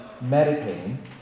meditating